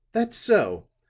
that's so.